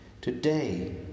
Today